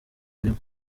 birimo